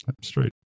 Straight